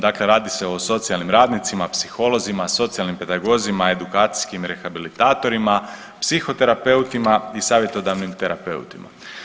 Dakle, radi se o socijalnim radnicima, psiholozima, socijalnim pedagozima, edukacijskim rehabilitatorima, psihoterapeutima i savjetodavnim terapeutima.